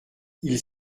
ils